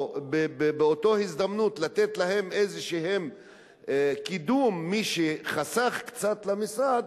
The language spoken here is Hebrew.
באותה הזדמנות לתת קידום למי שחסך למשרד.